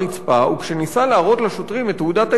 וכשניסה להראות לשוטרים את תעודת העיתונאי,